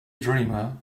dreamer